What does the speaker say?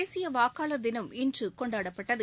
தேசிய வாக்காளர் தினம் இன்று கொண்டாடப்பட்டது